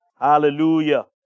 Hallelujah